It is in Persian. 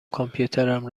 کامپیوترم